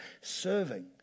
serving